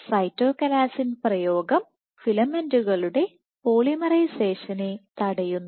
cytochalasin പ്രയോഗം ഫിലമെന്റുകളുടെ പോളിമറൈസേഷനെ തടയുന്നു